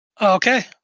Okay